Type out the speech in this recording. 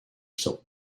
soap